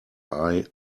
eye